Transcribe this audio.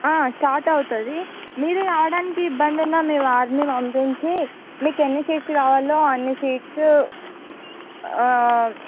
start అవుతుంది మీరు రావడానికి ఇబ్బంది ఉన్న మీవారిని పంపించి మీకు ఎన్ని సీట్స్ కావాలో అన్ని సీట్సు